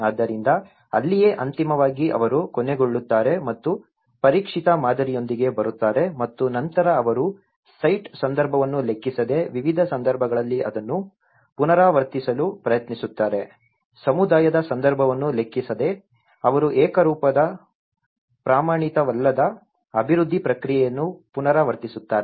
ಆದ್ದರಿಂದ ಅಲ್ಲಿಯೇ ಅಂತಿಮವಾಗಿ ಅವರು ಕೊನೆಗೊಳ್ಳುತ್ತಾರೆ ಮತ್ತು ಪರೀಕ್ಷಿತ ಮಾದರಿಯೊಂದಿಗೆ ಬರುತ್ತಾರೆ ಮತ್ತು ನಂತರ ಅವರು ಸೈಟ್ ಸಂದರ್ಭವನ್ನು ಲೆಕ್ಕಿಸದೆ ವಿವಿಧ ಸಂದರ್ಭಗಳಲ್ಲಿ ಅದನ್ನು ಪುನರಾವರ್ತಿಸಲು ಪ್ರಯತ್ನಿಸುತ್ತಾರೆ ಸಮುದಾಯದ ಸಂದರ್ಭವನ್ನು ಲೆಕ್ಕಿಸದೆ ಅವರು ಏಕರೂಪದ ಪ್ರಮಾಣಿತವಲ್ಲದ ಅಭಿವೃದ್ಧಿ ಪ್ರಕ್ರಿಯೆಯನ್ನು ಪುನರಾವರ್ತಿಸುತ್ತಾರೆ